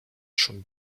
schon